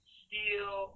steel